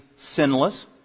sinless